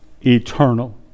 eternal